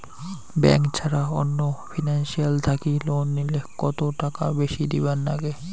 Bank ছাড়া অন্য financial থাকি লোন নিলে কতটাকা বেশি দিবার নাগে?